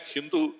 Hindu